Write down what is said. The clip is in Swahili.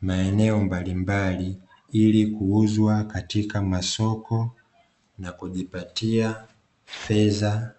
maeneno mbalimbali ili kuuzwa katika masoko na kujipatia fedha.